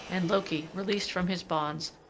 and loki, released from his bonds,